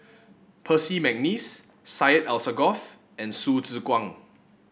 Percy McNeice Syed Alsagoff and Hsu Tse Kwang